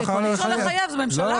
לא, אי אפשר לחייב, זה ממשלה.